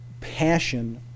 passion